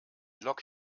lok